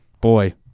boy